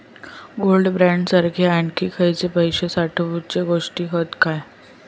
Gold bond सारखे आणखी खयले पैशे साठवूचे गोष्टी हत काय?